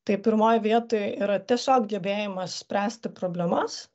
tai pirmoj vietoj yra tiesiog gebėjimas spręsti problemas